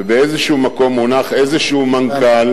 ובאיזה מקום מונח איזה מנכ"ל